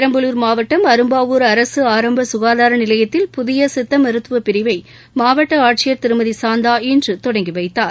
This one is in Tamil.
பெரம்பலூர் மாவட்டம் அரும்பாவூர் அரசு ஆரம்ப சுகாதார நிலையத்தில் புதிய சித்த மருத்துவ பிரிவை மாவட்ட ஆட்சியர் திருமதி சாந்தா இன்று தொடங்கி வைத்தார்